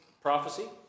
prophecy